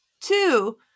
Two